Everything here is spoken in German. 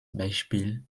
beispiel